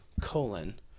colon